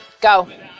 go